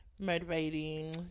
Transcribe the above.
Motivating